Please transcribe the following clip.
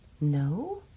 No